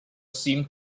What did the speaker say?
seemed